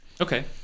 Okay